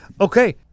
Okay